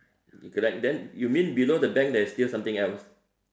correct then you mean below the bank there's still something else